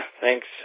thanks